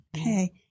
Okay